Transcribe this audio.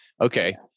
Okay